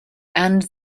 and